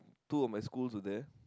two of my schools are there